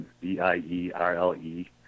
B-I-E-R-L-E